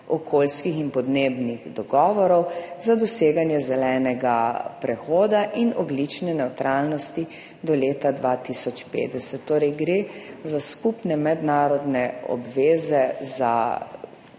okoljskih in podnebnih dogovorov za doseganje zelenega prehoda in ogljične nevtralnosti do leta 2050. Torej, gre za skupne mednarodne obveze za